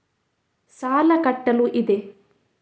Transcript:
ಸಾಲ ಕಟ್ಟಲು ಇದೆ